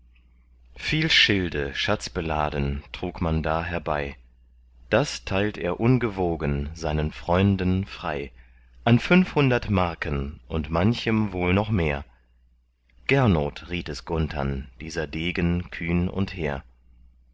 viel schilde schatzbeladen trug man da herbei das teilt er ungewogen seinen freunden frei an fünfhundert marken und manchem wohl noch mehr gernot riet es gunthern dieser degen kühn und hehr